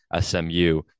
SMU